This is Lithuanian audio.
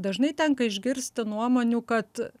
dažnai tenka išgirsti nuomonių kad